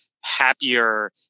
happier